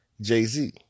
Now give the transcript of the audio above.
Jay-Z